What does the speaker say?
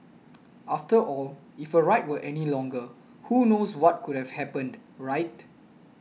after all if her ride were any longer who knows what could have happened right